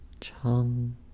Chum